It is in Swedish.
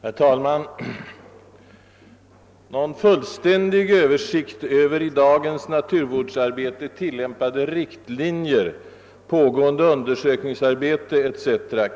Herr talman! >»Någon fullständig översikt över i dagens naturvårdsarbete tillämpade riktlinjer, pågående undersökningsarbete etc.